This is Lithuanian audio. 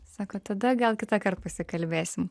sako tada gal kitąkart pasikalbėsim